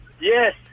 Yes